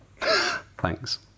Thanks